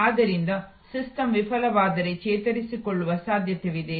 ಆದ್ದರಿಂದ ಸಿಸ್ಟಮ್ ವಿಫಲವಾದರೆ ಚೇತರಿಸಿಕೊಳ್ಳುವ ಸಾಧ್ಯತೆಯಿದೆ